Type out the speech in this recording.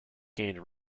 gained